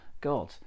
God